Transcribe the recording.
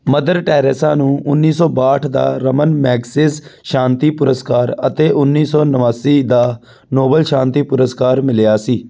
mother Teresa ਨੂੰ ਉੱਨੀ ਸੌ ਬਾਹਠ ਦਾ ਰਮਨ ਮੈਗਸਿਜ਼ ਸ਼ਾਂਤੀ ਪੁਰਸਕਾਰ ਅਤੇ ਉੱਨੀ ਸੌ ਉਨਾਸੀ ਦਾ ਨੋਬਲ ਸ਼ਾਂਤੀ ਪੁਰਸਕਾਰ ਮਿਲਿਆ ਸੀ